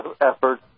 effort